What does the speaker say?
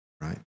right